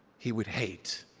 he would hate.